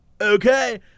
Okay